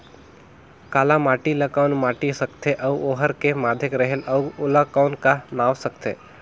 काला माटी ला कौन माटी सकथे अउ ओहार के माधेक रेहेल अउ ओला कौन का नाव सकथे?